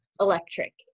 electric